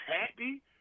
happy